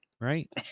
Right